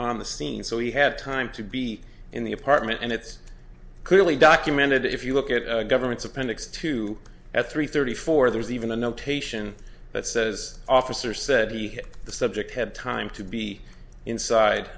on the scene so he had time to be in the apartment and it's clearly documented if you look at governments appendix two at three thirty four there's even a notation that says officer said he hit the subject had time to be inside